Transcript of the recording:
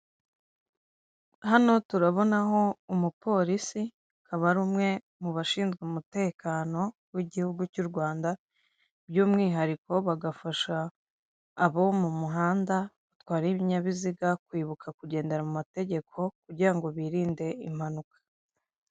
Hano turabonaho umupolisi akaba ari umwe mu bashinzwe umutekano w'igihugu cy'u Rwanda, by'umwihariko bagafasha abo mu muhanda batwara ibinyabiziga kwibuka kugendera mu mategeko, kugirango birinde impanuka.